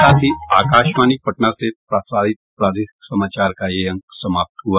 इसके साथ ही आकाशवाणी पटना से प्रसारित प्रादेशिक समाचार का ये अंक समाप्त हुआ